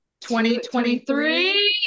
2023